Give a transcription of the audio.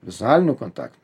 vizualinių kontaktų